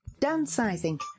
downsizing